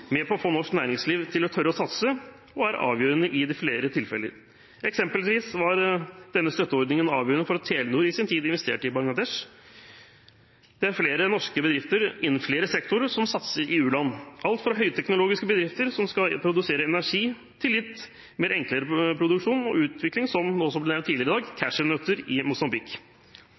med på å få norsk næringsliv til å tørre å satse, og er avgjørende i flere tilfeller. Eksempelvis var denne støtteordningen avgjørende for at Telenor i sin tid investerte i Bangladesh. Det er flere norske bedrifter innen flere sektorer som satser i u-land, alt fra høyteknologiske bedrifter som skal produsere energi, til litt enklere produksjon og utvikling som – som det også ble nevnt tidligere i dag – cashewnøtter i